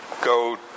go